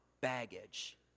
baggage